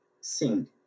sing